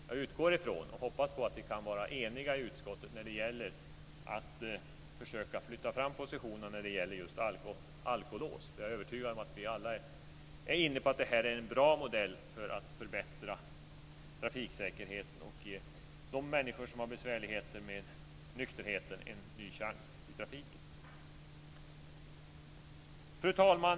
Jag utgår från, och hoppas, att vi kan vara eniga i utskottet när det gäller att försöka flytta fram positionerna just i fråga om alkolås. Jag är övertygad om att vi alla är inne på att det är en bra modell för att förbättra trafiksäkerheten och ge de människor som har besvärligheter med nykterheten en ny chans i trafiken. Fru talman!